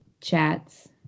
chats